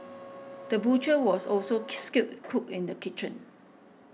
the butcher was also skilled cook in the kitchen